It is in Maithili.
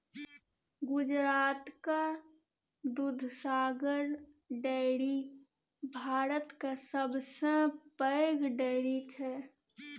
गुजरातक दुधसागर डेयरी भारतक सबसँ पैघ डेयरी छै